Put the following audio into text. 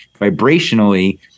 vibrationally